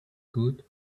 good